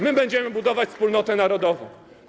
My będziemy budować wspólnotę narodową.